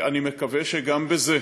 אני מקווה שגם בזה